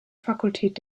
fakultät